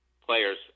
players